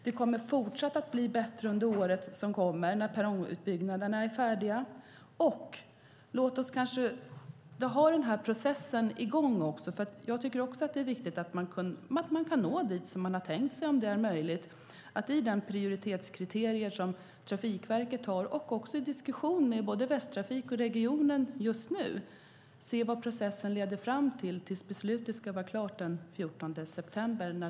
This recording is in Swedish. Det kommer att fortsätta bli bättre under det kommande året när perrongutbyggnaderna är färdiga. Låt oss ha den här processen i gång. Jag tycker också att det är viktigt att man kan nå dit man vill. Låt oss mot bakgrund av Trafikverkets prioriteringskriterier och den diskussion som förs med Västtrafik och regionen se vad processen leder fram till tills tågplanen beslutas den 14 september.